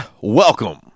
welcome